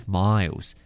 miles